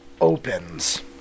opens